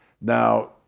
Now